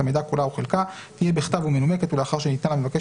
יעבירו למבקש